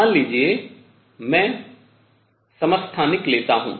मान लीजिए मैं समस्थानिक लेता हूँ